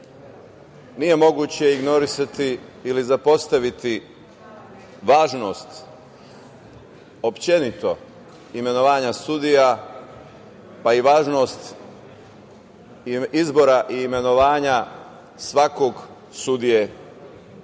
nije moguće ignorisati ili zapostaviti važnost uopšteno imenovanja sudija, pa i važnost izbora i imenovanja svakog sudije